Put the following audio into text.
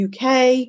UK